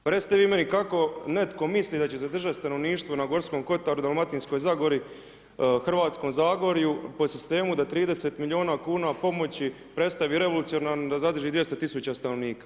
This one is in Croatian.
Pa recite vi meni kako netko misli da će zadržati stanovništvo na Gorskom Kotaru, Dalmatinskoj Zagori, Hrvatskom Zagorju po sistemu da 30 milijuna kuna pomoći predstavi revolucionarno da zadrži 200 tisuća stanovnika?